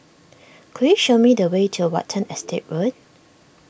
could you show me the way to Watten Estate Road